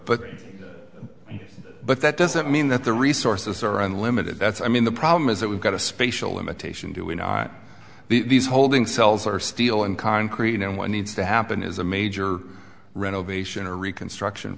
it but but that doesn't mean that the resources are unlimited that's i mean the problem is that we've got a spatial imitation do we know these holding cells or steel and concrete and what needs to happen is a major renovation or reconstruction